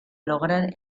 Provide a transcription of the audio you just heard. lograr